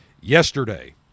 Yesterday